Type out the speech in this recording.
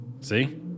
see